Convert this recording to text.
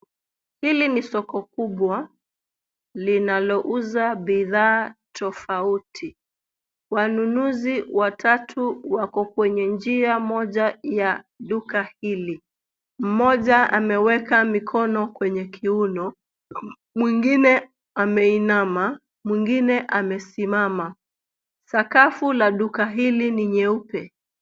Hili ni soko kubwa linalouza bidhaa tofauti. Wanunuzi watatu wako kwenye njia moja ya duka hili. Mmoja ameweka mikono kwenye kiuno, mwingine ameinama, mwingine amesimama. Sakafu la duka hili ni nyeupe.